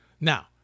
Now